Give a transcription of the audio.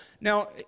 Now